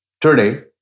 Today